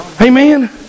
Amen